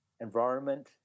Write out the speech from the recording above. environment